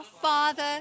Father